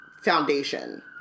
foundation